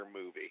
movie